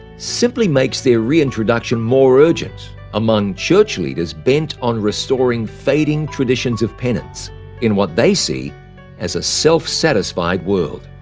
simply makes their reintroduction more urgent among church leaders bent on restoring fading traditions of penance in what they see as a self-satisfied world.